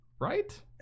Right